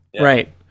right